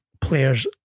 players